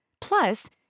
plus